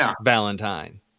Valentine